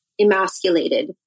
emasculated